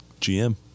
GM